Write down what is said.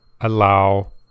allow